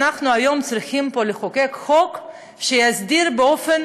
אנחנו היום צריכים פה לחוקק חוק שיסדיר באופן